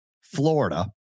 Florida